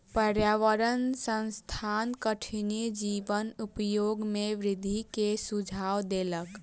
पर्यावरण संस्थान कठिनी जीवक उपयोग में वृद्धि के सुझाव देलक